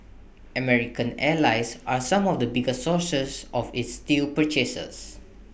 American allies are some of the biggest sources of its steel purchases